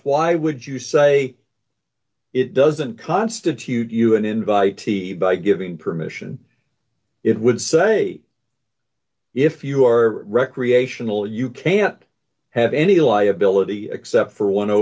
why would you say it doesn't constitute you an invitee by giving permission it would say if you are recreational you can't have any liability except for one o